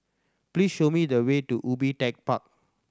please show me the way to Ubi Tech Park